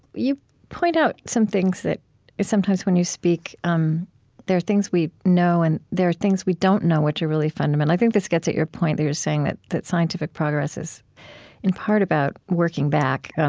you point out some things that sometimes, when you speak, um there are things we know, and there are things we don't know, which are really fundamental. i think this gets at your point that you're saying that that scientific progress is in part about working back. and